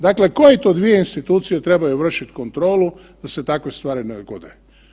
Dakle, koje to dvije institucije trebaju vršit kontrolu da se takve stvari ne odgode.